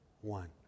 One